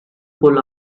pull